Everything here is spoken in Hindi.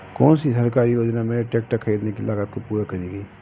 कौन सी सरकारी योजना मेरे ट्रैक्टर ख़रीदने की लागत को पूरा करेगी?